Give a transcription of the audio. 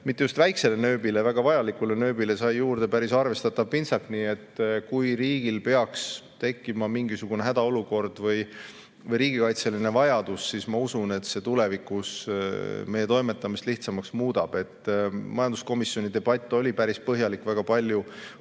mitte just väiksele nööbile, väga vajalikule nööbile, sai juurde päris arvestatav pintsak. Nii et kui riigil peaks tekkima mingisugune hädaolukord või riigikaitseline vajadus, siis ma usun, et see tulevikus muudab meie toimetamist lihtsamaks. Majanduskomisjoni debatt oli päris põhjalik, väga palju